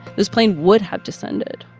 this plane would have descended,